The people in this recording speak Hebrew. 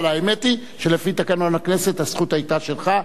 אבל האמת היא שלפי תקנון הכנסת הזכות היתה שלך,